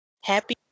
happy